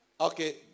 Okay